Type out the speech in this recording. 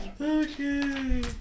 Okay